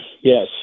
Yes